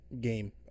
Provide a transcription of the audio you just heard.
game